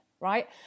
right